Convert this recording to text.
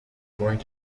going